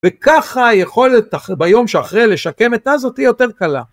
וככה היכולת ביום שאחרי לשקם את עזה תהיה יותר קלה.